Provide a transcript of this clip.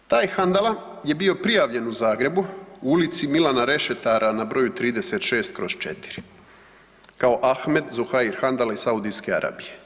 Taj Handala je bio prijavljen u Zagrebu, u Ulici Milana Rešetara na broju 36/4 kao Ahmed Zuhair Handala iz Saudijske Arabije.